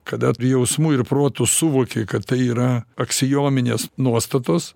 kada ir jausmu ir protu suvoki kad tai yra aksiominės nuostatos